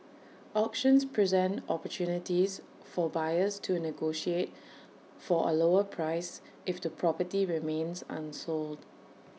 auctions present opportunities for buyers to negotiate for A lower price if the property remains unsold